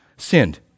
sinned